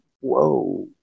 whoa